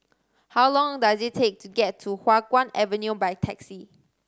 how long does it take to get to Hua Guan Avenue by taxi